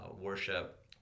worship